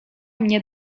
mnie